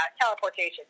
teleportation